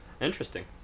Interesting